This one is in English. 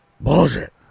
Bullshit